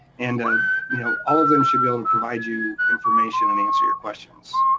and ah you know all of them should be able to provide you information and answer your questions.